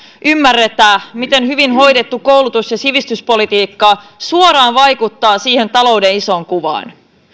ymmärretä miten hyvin hoidettu koulutus ja sivistyspolitiikka suoraan vaikuttaa siihen talouden isoon kuvaan